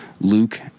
Luke